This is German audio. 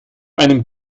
einem